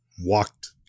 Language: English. walked